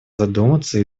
задуматься